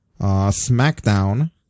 SmackDown